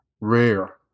rare